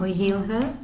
heal her.